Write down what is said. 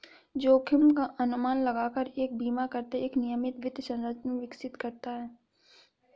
जोखिम का अनुमान लगाकर एक बीमाकर्ता एक नियमित वित्त संरचना विकसित करता है